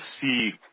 see